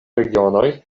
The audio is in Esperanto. regionoj